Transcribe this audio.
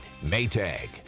Maytag